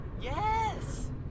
yes